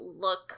look